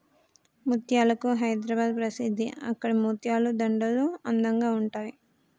ముత్యాలకు హైదరాబాద్ ప్రసిద్ధి అక్కడి ముత్యాల దండలు అందంగా ఉంటాయి